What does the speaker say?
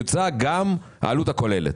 תוצג גם העלות הכוללת.